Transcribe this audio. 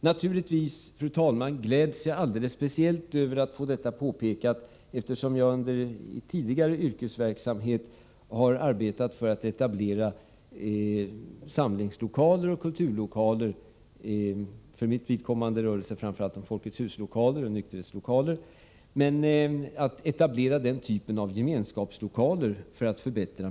Naturligtvis, fru talman, gläds jag alldeles speciellt över att få höra detta påpekande, eftersom jag under tidigare yrkesverksamhet har arbetat för att etablera samlingslokaler och kulturlokaler — för mitt vidkommande rör det sig framför allt om Folkets hus-lokaler och nykterhetslokaler — så att miljöerna skulle bli bättre.